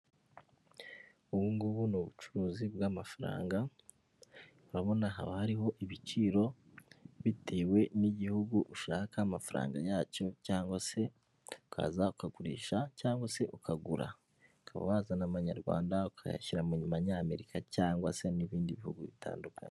Ubu ngubu ni ubucuruzi bw'amafaranga, urabona haba hariho ibiciro, bitewe n'igihugu ushaka amafaranga yacyo, cyangwa se ukaza ukagurisha, cyangwa se ukagura ukaba wazana amanyarwanda ukayashyira mu mayamerika cyangwa se, n'ibindi bihugu bitandukanye.